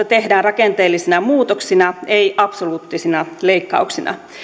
tehdään rakenteellisina muutoksia ei absoluuttisina leikkauksina